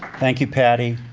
thank you, patty.